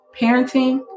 parenting